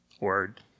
word